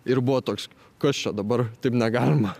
ir buvo toks kas čia dabar taip negalima